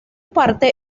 parte